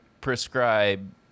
prescribe